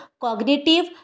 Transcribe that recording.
cognitive